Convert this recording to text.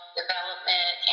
development